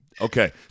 Okay